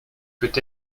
peut